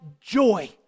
joy